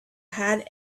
had